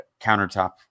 countertop